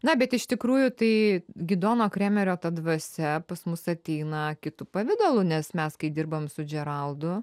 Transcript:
na bet iš tikrųjų tai gidono kremerio ta dvasia pas mus ateina kitu pavidalu nes mes kai dirbam su džeraldu